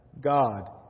God